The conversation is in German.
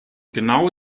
genau